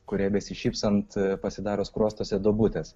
kuriai besišypsant pasidaro skruostuose duobutės